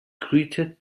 greeted